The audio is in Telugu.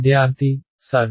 విద్యార్థి సర్